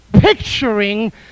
picturing